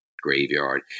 graveyard